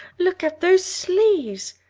look at those sleeves!